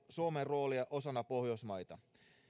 suomen roolia osana pohjoismaita